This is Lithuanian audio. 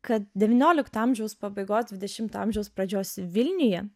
kad devyniolikto amžiaus pabaigos dvidešimto amžiaus pradžios vilniuje